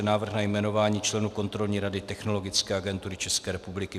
Návrh na jmenování členů Kontrolní rady Technologické agentury České republiky